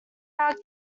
now